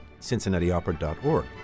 cincinnatiopera.org